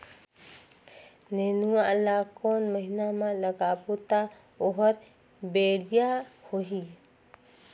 नेनुआ ला कोन महीना मा लगाबो ता ओहार बेडिया होही?